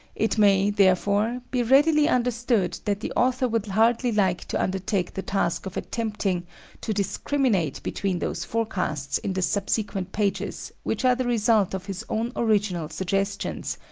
it may, therefore, be readily understood that the author would hardly like to undertake the task of attempting to discriminate between those forecasts in the subsequent pages which are the results of his own original suggestions,